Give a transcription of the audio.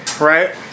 Right